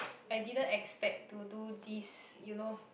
I didn't expect to do this you know